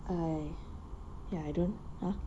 I ya I don't uh